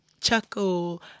chuckle